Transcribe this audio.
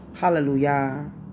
Hallelujah